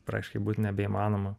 praktiškai būt nebeįmanoma